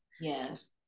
Yes